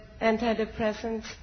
antidepressants